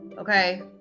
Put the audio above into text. Okay